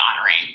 honoring